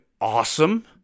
awesome